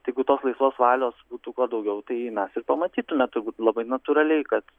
tai jeigu tos laisvos valios būtų kuo daugiau tai mes ir pamatytume tai labai natūraliai kad